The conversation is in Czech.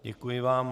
Děkuji vám.